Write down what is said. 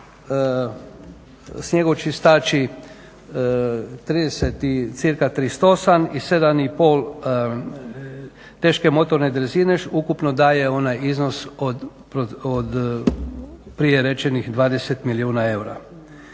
snjegočistači cca 38 i 7,5 teške motorne drezine ukupno daje onaj iznos od prije rečenih 20 milijuna eura.